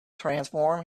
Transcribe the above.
transform